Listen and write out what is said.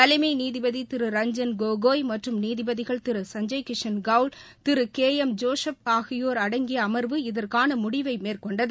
தலைமை நீதிபதி திரு ரஞ்ஜன் கோகோய் மற்றும் நீதிபதிகள் திரு சஞ்ஜய் கிஷன் கௌல் திரு கே எம் ஜோசுப் ஆகியோர் அடங்கிய அமர்வு இதற்கான முடிவை மேற்கொண்டது